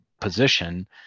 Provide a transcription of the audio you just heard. position